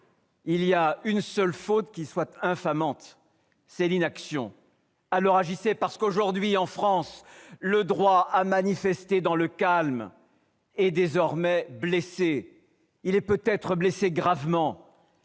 : une seule faute est infamante, c'est l'inaction. Alors, agissez ! Car aujourd'hui, en France, le droit à manifester dans le calme est désormais blessé ; il est peut-être même blessé gravement.